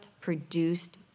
produced